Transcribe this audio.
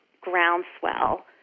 groundswell